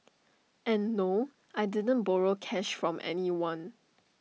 and no I didn't borrow cash from anyone